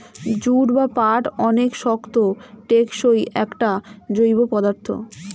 jute বা পাট অনেক শক্ত, টেকসই একটা জৈব পদার্থ